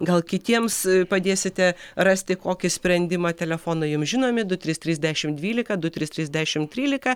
gal kitiems padėsite rasti kokį sprendimą telefonai jums žinomi du trys trys dešimt dvylika du trys trys dešimt trylika